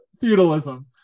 feudalism